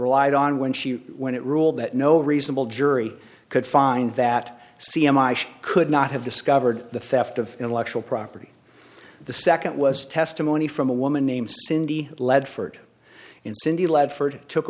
relied on when she when it ruled that no reasonable jury could find that c m i she could not have discovered the theft of intellectual property the second was testimony from a woman named cindy ledford and cindy